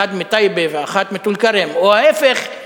אחד מטייבה ואחד מטול-כרם או ההיפך,